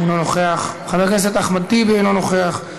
אינו נוכח, חבר הכנסת אחמד טיבי, אינו נוכח,